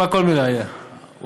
תשמע כל מילה, אילן.